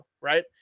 right